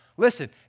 Listen